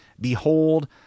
Behold